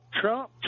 Trump